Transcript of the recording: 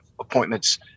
appointments